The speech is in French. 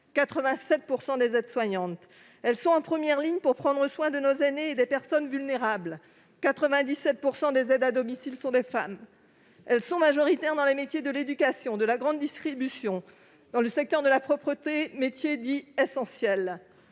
87 % des aides-soignantes sont des femmes. Elles sont en première ligne pour prendre soin de nos aînés et des personnes vulnérables, puisque 97 % des aides à domicile sont des femmes. Elles sont majoritaires dans les métiers de l'éducation, de la grande distribution, dans le secteur de la propreté, métiers dits « essentiels